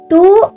two